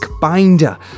Binder